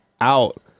out